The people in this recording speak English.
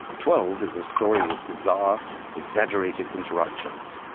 twelve is a story with bizarre exaggerated interruptions,